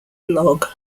blog